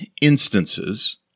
instances